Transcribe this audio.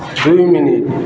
ଛୁଇଁବିନି